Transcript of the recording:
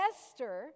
Esther